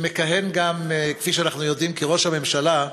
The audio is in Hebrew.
שמכהן גם, כפי שאנחנו יודעים, כראש הממשלה,